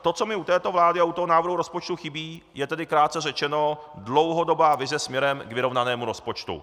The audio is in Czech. To, co mi u této vlády a u návrhu rozpočtu chybí, je tedy krátce řečeno dlouhodobá vize směrem k vyrovnanému rozpočtu.